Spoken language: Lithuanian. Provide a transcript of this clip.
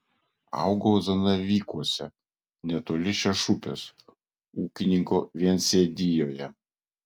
augau zanavykuose netoli šešupės ūkininko viensėdijoje